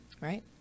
right